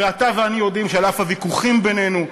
הרי אתה ואני יודעים שעל אף הוויכוחים בינינו,